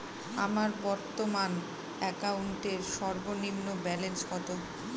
আমার বর্তমান অ্যাকাউন্টের সর্বনিম্ন ব্যালেন্স কত?